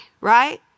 right